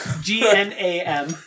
G-N-A-M